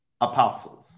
apostles